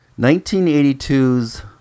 1982's